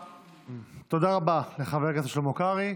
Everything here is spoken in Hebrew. תודה רבה לחבר הכנסת שלמה קרעי.